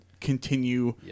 continue